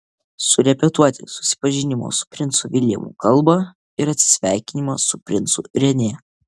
surepetuoti susipažinimo su princu viljamu kalbą ir atsisveikinimą su princu renė